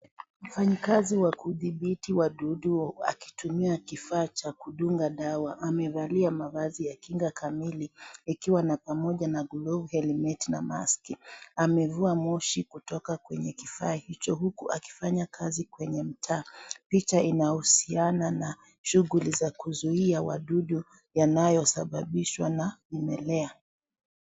Mfanyikazi wa kudhibiti wadudu, akitumia kifaa cha kudunga dawa. Amevalia mavazi ya kinga kamili, ikiwa na pamoja na glavu ya li neti na maski. Amevua moshi kutoka kwenye kifaa hicho, huku akifanya kazi kwenye mtaa. Picha inahusiana na shughuli za kuzuia wadudu, yanayosababishwa na mimelea.